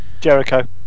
Jericho